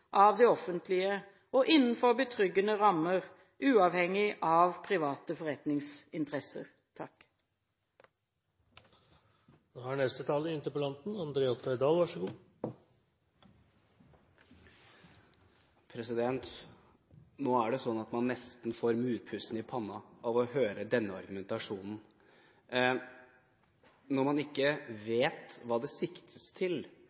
av det offentlige og innenfor betryggende rammer, uavhengig av private forretningsinteresser. Man får nesten murpussen i pannen av å høre denne argumentasjonen. Når man ikke vet hva det siktes til, når man